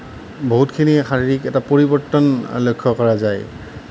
বহুতখিনি শাৰীৰিক এটা পৰিৱৰ্তন লক্ষ্য কৰা যায়